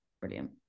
brilliant